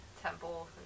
temple